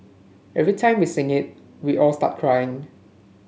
every time we sing it we all start crying